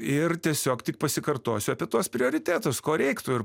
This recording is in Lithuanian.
ir tiesiog tik pasikartosiu apie tuos prioritetus ko reiktų ir